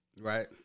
Right